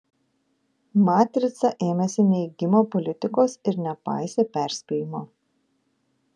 matrica ėmėsi neigimo politikos ir nepaisė perspėjimo